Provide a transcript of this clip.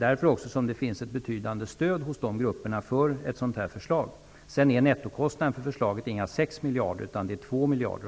Därför finns det också ett betydande stöd hos de grupperna för ett sådant här förslag. Nettokostnaderna för förslaget är inga 6 miljarder utan ungefär 2 miljarder.